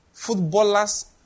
Footballers